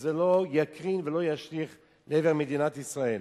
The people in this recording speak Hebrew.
שזה לא יקרין ולא ישליך לעבר מדינת ישראל.